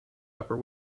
upper